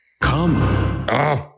Come